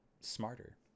smarter